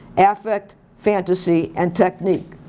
affect, fantasy, and technique.